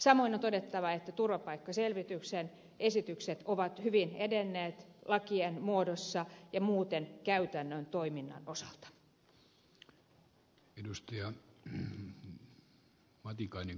samoin on todettava että turvapaikkaselvityksen esitykset ovat hyvin edenneet lakien muodossa ja muuten käytännön toiminnan osalta